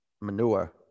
manure